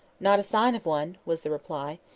not a sign of one, was the reply.